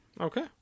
Okay